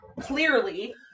clearly